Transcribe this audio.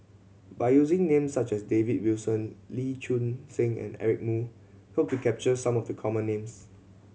by using names such as David Wilson Lee Choon Seng and Eric Moo hope to capture some of the common names